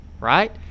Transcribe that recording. right